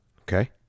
Okay